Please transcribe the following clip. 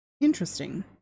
Interesting